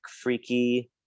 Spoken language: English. freaky